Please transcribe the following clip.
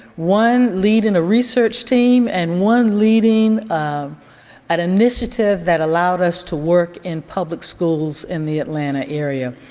one, leading a research team and one leading um an initiative that allowed us to work in public schools in the atlanta area.